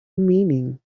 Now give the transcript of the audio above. meaning